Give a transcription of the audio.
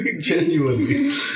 Genuinely